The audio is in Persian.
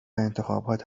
انتخابات